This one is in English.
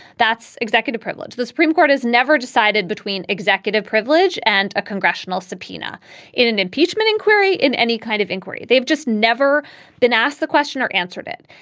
that's executive privilege. the supreme court has never decided between executive privilege and a congressional subpoena in an impeachment inquiry in any kind of inquiry. they've just never been asked the question or answered it.